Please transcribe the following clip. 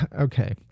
Okay